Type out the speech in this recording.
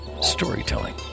storytelling